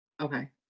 Okay